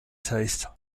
taste